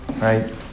right